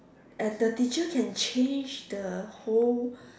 and the teacher can change the whole